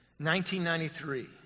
1993